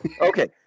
Okay